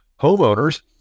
homeowners